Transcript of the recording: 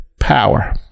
power